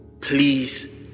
please